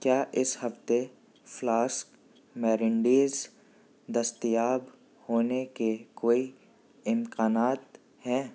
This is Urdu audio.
کیا اس ہفتے فلاسک میرینڈیز دستیاب ہونے کے کوئی امکانات ہیں